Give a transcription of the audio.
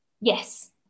Yes